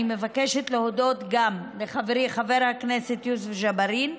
אני מבקשת גם להודות לחברי חבר הכנסת יוסף ג'בארין,